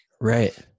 Right